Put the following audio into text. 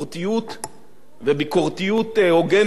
וביקורתיות הוגנת היא לגיטימית,